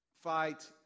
Fight